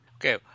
Okay